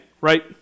right